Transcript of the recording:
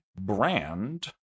brand